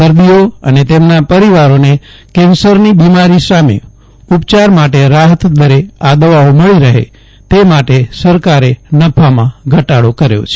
દર્દીઓ અને તેમના પરિવારોને કેન્સરની બિમારી સામે ઉપચાર માટે રાહત દરે આ દવાઓ મળી રહે તે માટે સરકારે નફામાં ઘટાડો કર્યો છે